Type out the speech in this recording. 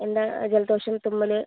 എന്താ ജലദോഷം തുമ്മൽ